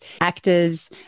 actors